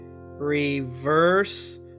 reverse